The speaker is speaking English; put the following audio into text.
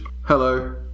hello